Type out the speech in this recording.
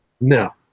No